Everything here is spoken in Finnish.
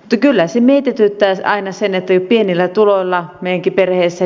mutta kyllä se aina mietityttää että kun pienillä tuloilla eletään meidänkin perheessä